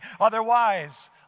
Otherwise